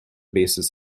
basis